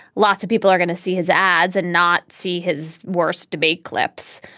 lots of people are going to see his ads and not see his worst debate clips.